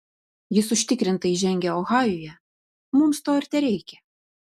jis užtikrinai žengia ohajuje mums to ir tereikia